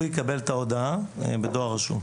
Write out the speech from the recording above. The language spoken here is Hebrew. הוא יקבל את ההודעה בדואר רשום.